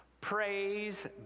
Praise